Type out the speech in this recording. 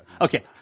Okay